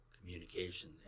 communication